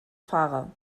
fahrer